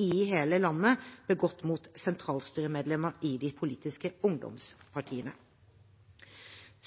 i hele landet begått mot sentralstyremedlemmer i de politiske ungdomspartiene.